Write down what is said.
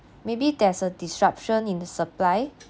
maybe there's a disruption in the supply